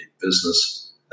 business